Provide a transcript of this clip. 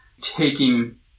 taking